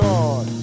Lord